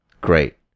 Great